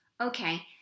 Okay